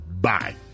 Bye